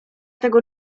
tego